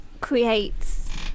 creates